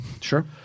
Sure